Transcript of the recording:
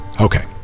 Okay